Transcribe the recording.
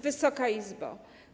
Wysoka Izbo!